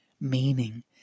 meaning